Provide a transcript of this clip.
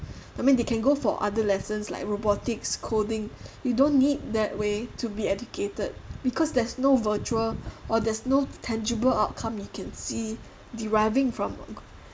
that mean you can go for other lessons like robotics coding you don't need that way to be educated because there's no virtual or there's no tangible outcome you can see deriving from